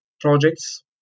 projects